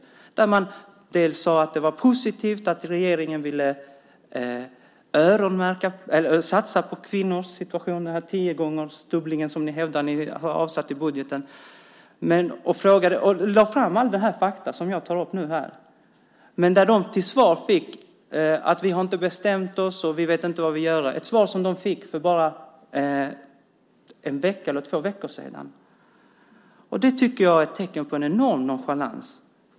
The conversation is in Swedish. I brevet sade man att det var positivt att regeringen ville satsa på kvinnors situation - den tiodubbling som ni hävdar att ni avsatt medel till i budgeten - och lade fram alla de faktauppgifter som jag tar upp här nu. Men till svar fick de att regeringen inte har bestämt sig och inte vet vad man vill göra - ett svar som de fick för bara en eller två veckor sedan. Det tycker jag är ett tecken på en enorm nonchalans.